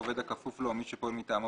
עובד הכפוף לו או מי שפועל מטעמו,